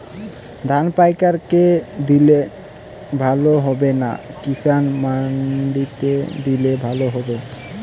ধান পাইকার কে দিলে ভালো হবে না কিষান মন্ডিতে দিলে ভালো হবে?